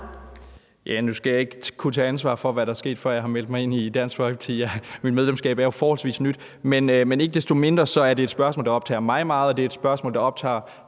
Nu skal jeg ikke kunne tage ansvar for, hvad der er sket, før jeg meldte mig ind i Dansk Folkeparti – mit medlemskab er jo forholdsvis nyt – men ikke desto mindre er det et spørgsmål, der optager mig meget, og det er et spørgsmål, der optager